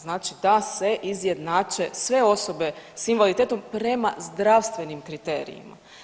Znači da se izjednače sve osobe sa invaliditetom prema zdravstvenim kriterijima.